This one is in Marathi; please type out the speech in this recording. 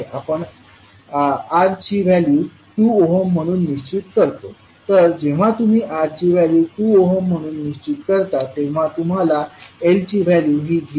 आपण R ची व्हॅल्यू 2 ओहम म्हणून निश्चित करतो तर जेव्हा तुम्ही R ची व्हॅल्यू 2 ओहम म्हणून निश्चित करता तेव्हा तुम्हाला L ची व्हॅल्यू ही 0